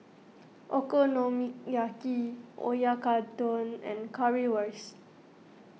Okonomiyaki Oyakodon and Currywurst